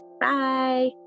Bye